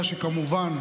כמובן,